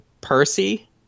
Percy